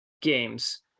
games